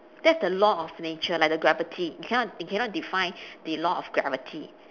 that's the law of nature like the gravity you cannot you cannot defy the law of gravity